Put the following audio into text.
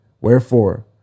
Wherefore